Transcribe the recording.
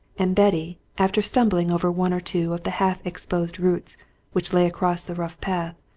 and betty, after stumbling over one or two of the half-exposed roots which lay across the rough path,